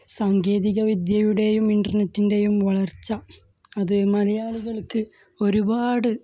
സാങ്കേതിക വിദ്യയുടെയും ഇൻറ്റർനെറ്റിൻ്റെയും വളർച്ച അത് മലയാളികൾക്ക് ഒരുപാട്